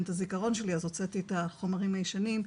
את הזיכרון שלי אז הוצאתי את החומרים הישנים.